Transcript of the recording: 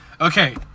Okay